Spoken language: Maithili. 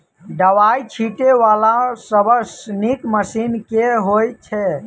दवाई छीटै वला सबसँ नीक मशीन केँ होइ छै?